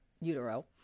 utero